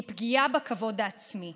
היא פגיעה בכבוד העצמי.